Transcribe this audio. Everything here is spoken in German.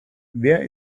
wer